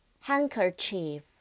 handkerchief